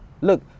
Look